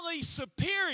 superior